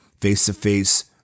face-to-face